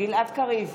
גלעד קריב,